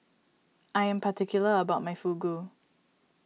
I am particular about my Fugu